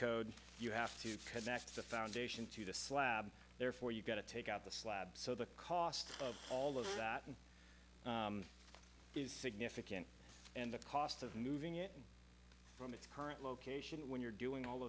code you have to cut back the foundation to the slab therefore you've got to take out the slab so the cost of all of that is significant and the cost of moving it from its current location when you're doing all